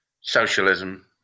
socialism